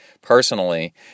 personally